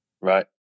right